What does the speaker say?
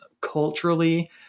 culturally